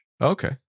okay